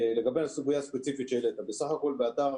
לגבי הסוגיה הספציפית שהעלית, בסך הכול באתר